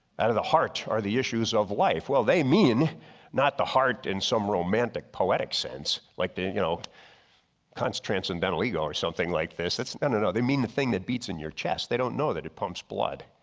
out of the heart are the issues of life. well they mean not the heart and some romantic poetic sense. like they you know kant's transcendental ego or something like this. no and no they mean the thing that beats in your chest. they don't know that it pumps blood,